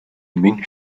minh